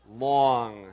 long